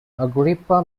agrippa